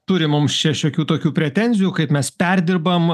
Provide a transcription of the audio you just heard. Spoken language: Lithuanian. turi mums čia šiokių tokių pretenzijų kaip mes perdirbam